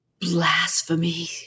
Blasphemy